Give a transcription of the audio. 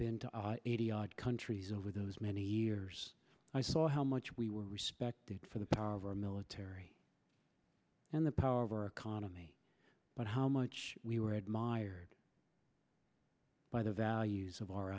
been to eighty odd countries over those many years i saw how much we were respected for the power of our military and the power of our economy but how much we were admiring by the values of our